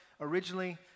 originally